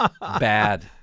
Bad